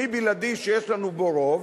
כלי בלעדי שיש לנו בו רוב,